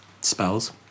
Spells